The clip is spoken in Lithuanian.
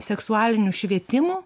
seksualiniu švietimu